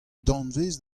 danvez